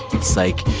it's like